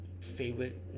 favorite